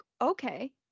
Okay